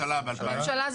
הממשלה.